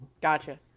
Gotcha